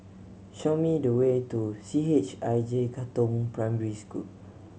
show me the way to C H I J Katong Primary School